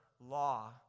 law